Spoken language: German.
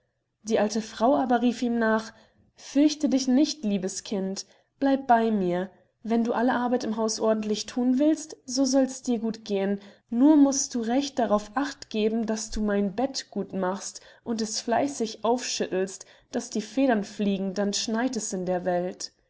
die alte frau aber rief ihm nach fürcht dich nicht liebes kind bleib bei mir wenn du alle arbeit im haus ordentlich thun willst so soll dirs gut gehn nur mußt du recht darauf acht geben daß du mein bett gut machst und es fleißig aufschüttelst daß die federn fliegen dann schneit es in der welt